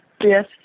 yes